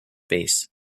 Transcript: base